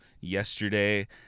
yesterday